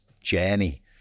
journey